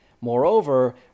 Moreover